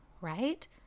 right